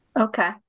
Okay